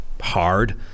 hard